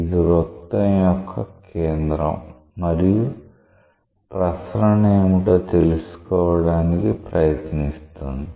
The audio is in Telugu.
ఇది వృత్తం యొక్క కేంద్రం మరియు ప్రసరణ ఏమిటో తెలుసుకోవడానికి ప్రయత్నిస్తోంది